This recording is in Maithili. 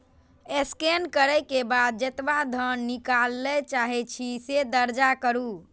स्कैन करै के बाद जेतबा धन निकालय चाहै छी, से दर्ज करू